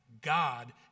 God